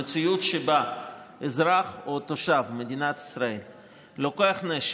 המציאות שבה אזרח או תושב מדינת ישראל לוקח נשק,